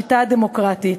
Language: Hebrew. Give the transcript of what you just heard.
השיטה הדמוקרטית.